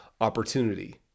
opportunity